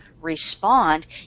respond